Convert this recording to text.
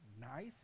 nice